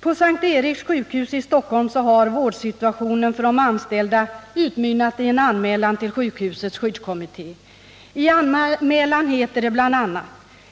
På S:t Eriks sjukhus i Stockholm har vårdsituationen för de anställda utmynnat i en anmälan till sjukhusets skyddskommitté. I anmälan heter det bl.a. att